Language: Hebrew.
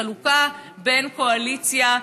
חלוקה בין קואליציה,